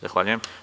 Zahvaljujem.